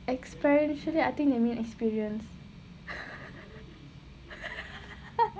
experientially I think they mean experience